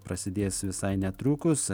prasidės visai netrukus